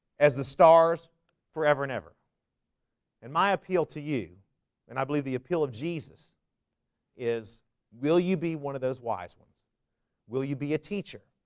as the stars forever and ever and my appeal to you and i believe the appeal of jesus is will you be one of those wise ones will you be a teacher?